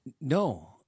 No